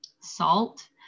Salt